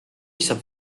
saab